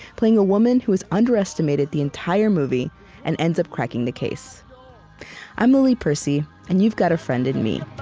playing a woman who is underestimated the entire movie and ends up cracking the case i'm lily percy, and you've got a friend in me